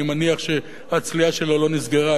אני מניח שהצליעה שלו לא נסגרה.